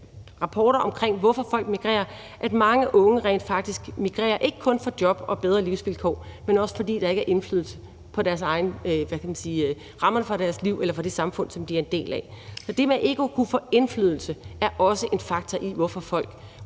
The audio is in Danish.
rapporter om, hvorfor folk emigrerer, at mange unge rent faktisk emigrerer ikke kun for jobs og bedre livsvilkår, men også, fordi der ikke er indflydelse på rammerne for deres eget liv eller for det samfund, som de er en del af. Det med ikke at kunne få indflydelse er også en faktor, i forhold